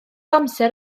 amser